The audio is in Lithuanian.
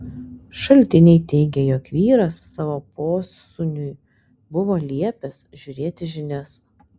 šaltiniai teigė jog vyras savo posūniui buvo liepęs žiūrėti žinias